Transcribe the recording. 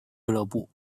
俱乐部